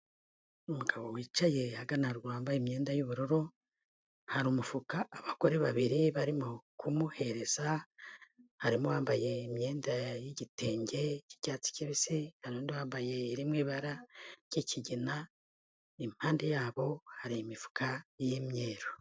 Umugabo wicaye ahagana haruguru wambaye imyenda y'bururu, hari umufuka abagore babiri barimo kumuhereza, harimo uwambaye imyenda y'igitenge cy'icyatsi kibisi, hari undi yambaye iri mu ibara ry'ikigina, impande yabo hari imifuka y'imyeru.